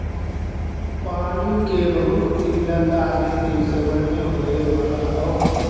पानी के बहुत किल्लत आगे के समय में होए वाला हौ